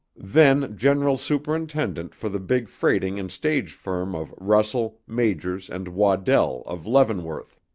then general superintendent for the big freighting and stage firm of russell, majors, and waddell of leavenworth.